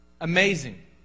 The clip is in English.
Amazing